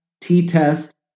T-test